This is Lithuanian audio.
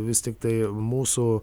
vis tiktai mūsų